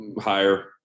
Higher